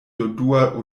dodua